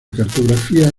cartografía